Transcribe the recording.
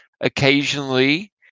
occasionally